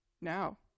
now